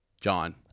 John